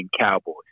Cowboys